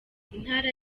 intara